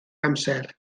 amser